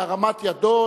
בהרמת ידו,